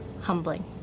humbling